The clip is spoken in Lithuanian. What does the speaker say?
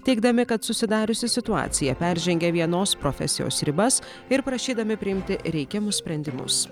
teigdami kad susidariusi situacija peržengia vienos profesijos ribas ir prašydami priimti reikiamus sprendimus